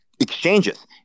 exchanges